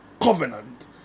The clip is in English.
covenant